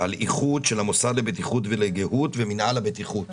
למי הכוונה באוכלוסיות